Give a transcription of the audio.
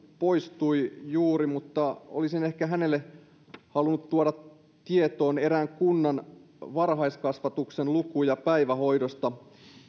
poistui juuri mutta olisin ehkä hänelle halunnut tuoda tietoon erään kunnan varhaiskasvatuksen lukuja päivähoidosta